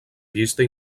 llista